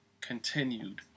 continued